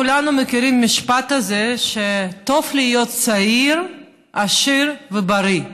כולנו מכירים את המשפט הזה: טוב להיות צעיר עשיר ובריא.